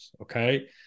Okay